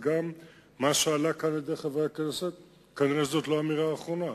וגם מה שהעלו כאן חברי הכנסת כנראה זאת לא המלה האחרונה.